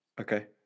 Okay